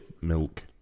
milk